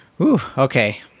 okay